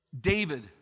David